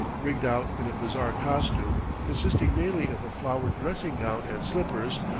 rigged out in a bizarre costume consisting mainly of a flowered dressing-gown and slippers,